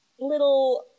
little